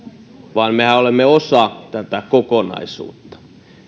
vaan mehän olemme osa tätä kokonaisuutta